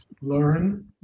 learn